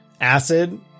acid